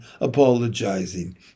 apologizing